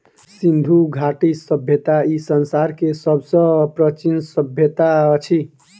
सिंधु घाटी सभय्ता ई संसार के सब सॅ प्राचीन सभय्ता अछि